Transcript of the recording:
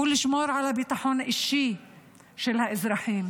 הוא לשמור על הביטחון האישי של האזרחים,